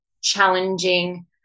challenging